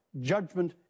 judgment